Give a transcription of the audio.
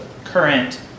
current